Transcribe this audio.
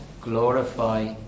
glorify